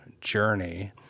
journey